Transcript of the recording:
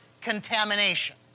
contamination